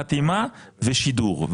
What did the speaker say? חתימה ושידור,